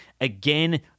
Again